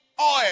oil